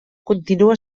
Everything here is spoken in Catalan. continua